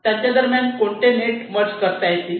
त्यांच्या दरम्यान कोणते नेट मर्ज करता येतील